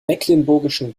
mecklenburgischen